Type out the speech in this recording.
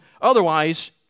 otherwise